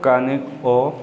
ꯀꯥꯅꯤꯛ ꯑꯣ